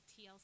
TLC